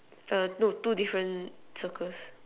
err no two different circles